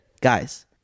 guys